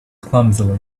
clumsily